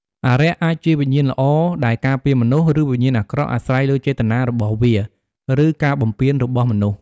អារក្សអាចជាវិញ្ញាណល្អដែលការពារមនុស្ស ឬវិញ្ញាណអាក្រក់ អាស្រ័យលើចេតនារបស់វា ឬការបំពានរបស់មនុស្ស។